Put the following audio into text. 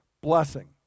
blessing